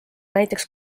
näiteks